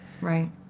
Right